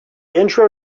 intro